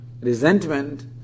resentment